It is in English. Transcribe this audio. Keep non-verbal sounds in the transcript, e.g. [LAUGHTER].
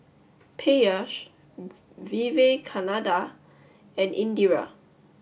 Peyush [UNINTELLIGIBLE] Vivekananda and Indira